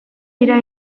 dira